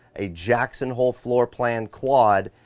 a jackson hole floor plan quad,